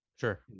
sure